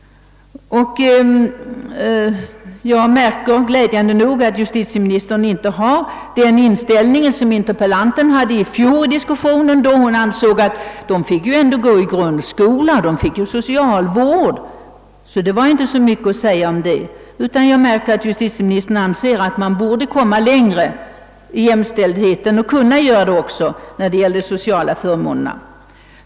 Jag märker, att justitieministern glädjande nog inte har den inställning, som interpellanten visade i diskussionen i fjol, då hon menade att dessa barn ju ändå fick gå i grundskola och kunde få socialvård och att det då inte var så mycket att säga om saken. Justitieministern anser däremot, att man både bör och kan gå längre för att skapa jämställdhet i fråga om sociala förmåner.